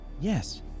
Yes